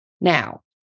Now